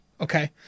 okay